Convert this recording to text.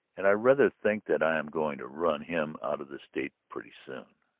and i rather think that i am going to run him out of the state pretty soon.